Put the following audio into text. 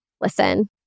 listen